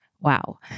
Wow